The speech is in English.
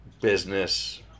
business